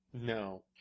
No